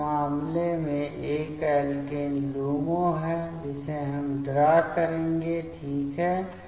तो इस मामले में यह एल्केन LUMO है जिसे हम ड्रा करेंगे ठीक है